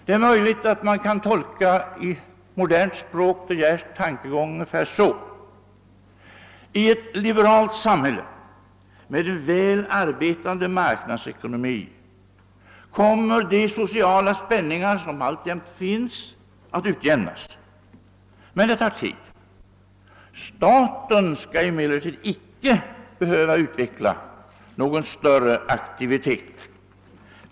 Det är möjligt att man i modernt språk kan tolka De Geers tankegång ungefär så: I ett liberalt samhälle med en väl arbetande marknadsekonomi kommer de sociala spänningar som alltjämt finns att utjämnas. Men det tar tid. Staten skall emellertid icke behöva utveckla någon större aktivitet.